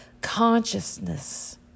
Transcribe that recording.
consciousness